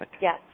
Yes